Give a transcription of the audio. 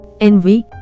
envy